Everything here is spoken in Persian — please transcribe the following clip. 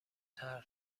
طرح